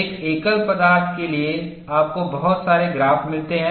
एक एकल पदार्थ के लिए आपको बहुत सारे ग्राफ़ मिलते हैं